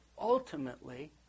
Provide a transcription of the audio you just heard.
ultimately